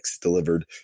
delivered